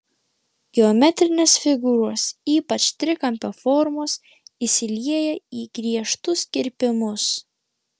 geometrinės figūros ypač trikampio formos įsilieja į griežtus kirpimus